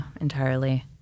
entirely